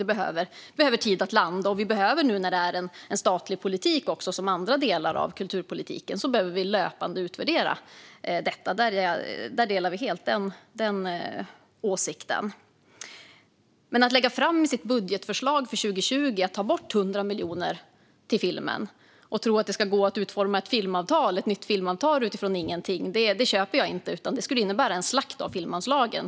Den behöver tid att landa, och nu när den är en statlig politik, som andra delar av kulturpolitiken, behöver vi löpande utvärdera detta. Den åsikten delar vi helt. Men att i sitt budgetförslag för 2020 ta bort 100 miljoner till filmen och tro att det ska gå att utforma ett nytt filmavtal utifrån ingenting köper jag inte. Detta skulle innebära en slakt av filmanslagen.